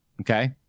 Okay